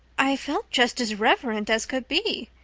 i felt just as reverent as could be.